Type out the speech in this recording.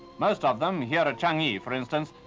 most of them, here at changi, for instance,